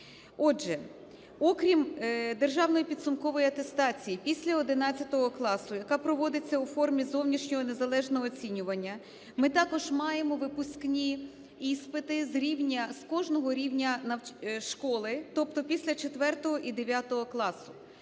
Отже, окрім державної підсумкової атестації після 11 класу, яка проводиться у формі зовнішнього незалежного оцінювання, ми також маємо випускні іспити з кожного рівня школи, тобто після 4 і 9 класів.